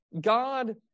God